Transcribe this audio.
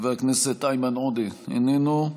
חבר הכנסת איימן עודה, איננו.